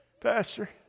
Pastor